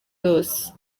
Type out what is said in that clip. yose